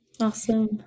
Awesome